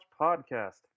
podcast